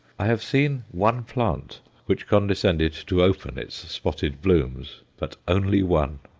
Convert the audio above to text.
i have seen one plant which condescended to open its spotted blooms, but only one.